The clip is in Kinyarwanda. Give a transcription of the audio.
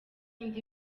indi